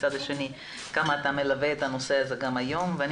ומצד שני כמה אתה מלווה את הנושא גם היום ואני